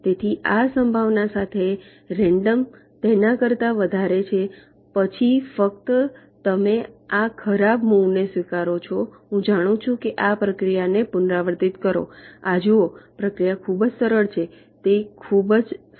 તેથી આ સંભાવના સાથે રેન્ડમ તેના કરતા વધારે છે પછી ફક્ત તમે આ ખરાબ મુવ ને સ્વીકારો છો હું જાણું છું કે આ પ્રક્રિયાને પુનરાવર્તિત કરો આ જુઓ પ્રક્રિયા ખૂબ જ સરળ છે તે ખૂબ જ સરળ છે